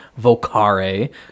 vocare